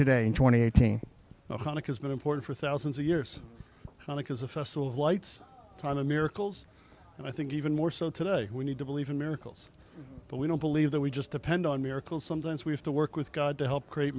today in twenty eight hanukkah has been important for thousands of years i think as a festival of lights on a miracles and i think even more so today we need to believe in miracles but we don't believe that we just depend on miracles sometimes we have to work with god to help create